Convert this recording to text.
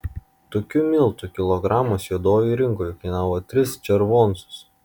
tokių miltų kilogramas juodojoj rinkoj kainavo tris červoncus